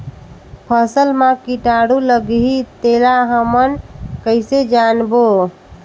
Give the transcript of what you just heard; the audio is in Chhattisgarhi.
फसल मा कीटाणु लगही तेला हमन कइसे जानबो?